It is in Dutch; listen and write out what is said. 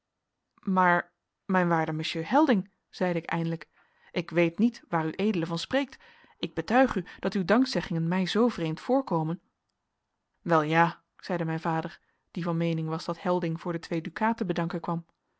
maar mijn waarde monsieur helding zeide ik eindelijk ik weet niet waar ued van spreekt ik betuig u dat uw dankzeggingen mij zoo vreemd voorkomen wel ja zeide mijn vader die van meening was dat helding voor de twee dukaten bedanken kwam